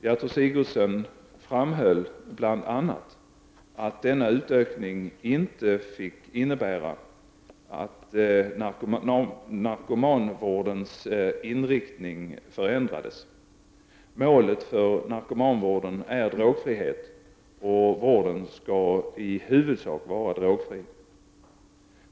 Gertrud Sigurdsen framhöll bl.a. att denna utökning inte fick innebära att narkomanvårdens inriktning förändrades. Målet för narkomanvården är drogfrihet och vården skall i huvudsak vara drogfri.